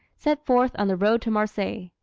set forth on the road to marseilles.